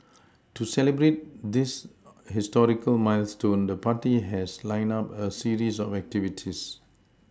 to celebrate this historical milestone the party has lined up a series of activities